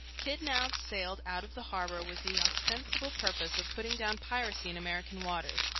kidd now sailed out of the harbor with the ostensible purpose of putting down piracy in american waters,